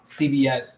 CBS